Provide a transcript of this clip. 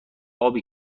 ابی